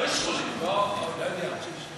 לא אישרו לי.